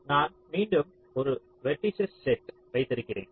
நான் மீண்டும் ஒரு வெர்ட்டிஸஸ் செட் வைத்திருக்கிறேன்